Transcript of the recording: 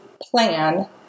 plan